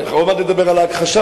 אנחנו עוד מעט נדבר על ההכחשה,